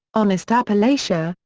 honest appalachia,